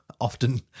often